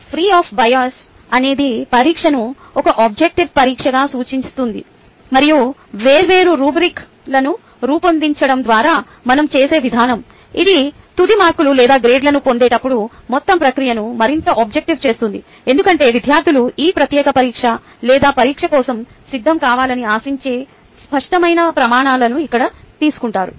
free of bias అనేది పరీక్షను ఒక ఆబ్జెక్టివ్ పరీక్షగా సూచిస్తుంది మరియు వేర్వేరు రుబ్రిక్లను రూపొందించడం ద్వారా మనం చేసే విధానం ఇది తుది మార్కులు లేదా గ్రేడ్లను పొందేటప్పుడు మొత్తం ప్రక్రియను మరింత ఆబ్జెక్టివ్ చేస్తుంది ఎందుకంటే విద్యార్థులు ఈ ప్రత్యేక పరీక్ష లేదా పరీక్ష కోసం సిద్ధం కావాలని ఆశించే స్పష్టమైన ప్రమాణాలను ఇక్కడకు తీసుకుంటారు